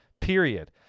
Period